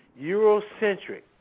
Eurocentric